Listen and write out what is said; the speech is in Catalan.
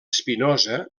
espinosa